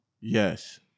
Yes